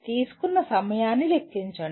తీసుకున్న సమయాన్ని లెక్కించండి